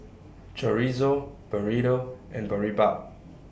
Chorizo Burrito and Boribap